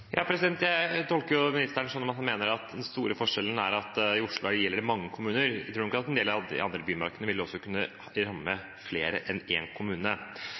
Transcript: Jeg tolker ministeren slik at han mener at den store forskjellen er at i Oslo gjelder det mange kommuner. Jeg tror nok at også i en del av de andre bymarkene vil det kunne ramme flere enn én kommune.